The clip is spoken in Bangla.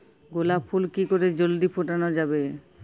গোলাপ ফুল কি করে জলদি ফোটানো যাবে?